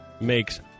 makes